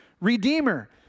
redeemer